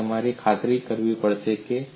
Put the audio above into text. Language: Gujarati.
જેથી તેની ખાતરી કરવી પડે